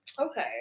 Okay